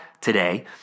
today